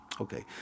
okay